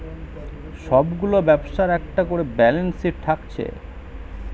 সব গুলা ব্যবসার একটা কোরে ব্যালান্স শিট থাকছে